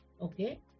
okay